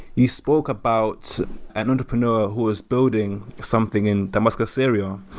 you spoke about an entrepreneur who is building something in damascus, syria,